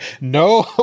no